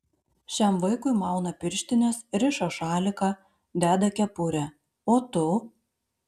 šiam vaikui mauna pirštines riša šaliką deda kepurę o tu